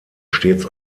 stets